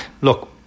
look